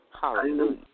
Hallelujah